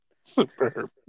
Superb